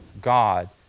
God